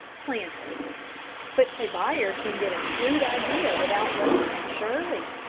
planter but a buyer can get a shrewd idea without roasting, surely?